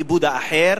כיבוד האחר,